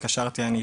התקשרתי אני,